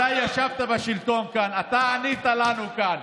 אתה ישבת כאן בשלטון, אתה ענית לנו כאן.